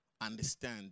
understand